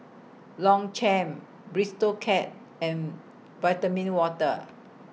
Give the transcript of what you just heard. Longchamp Bistro Cat and Vitamin Water